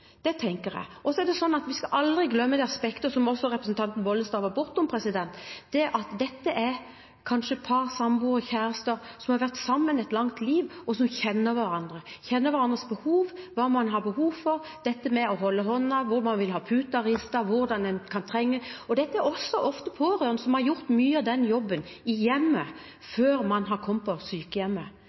Det tenker jeg. Vi skal aldri glemme det aspektet som også representanten Bollestad var innom, at dette kanskje er par, samboere, kjærester som har vært sammen et langt liv, og som kjenner hverandre og hverandres behov, dette med å holde hånden, hvordan man vil ha puten ristet, hva en kan trenge. Dette er også ofte pårørende som har gjort mye av den jobben i hjemmet før man har kommet på sykehjemmet,